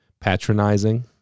patronizing